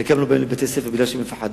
חלקם לא באים לבית-הספר כי הם מפחדים,